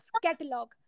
Catalog